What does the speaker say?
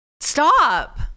Stop